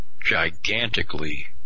gigantically